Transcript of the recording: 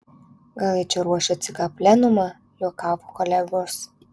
gal jie čia ruošia ck plenumą juokavo kolegos